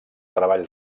treball